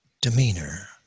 demeanor